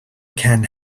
can